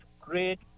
great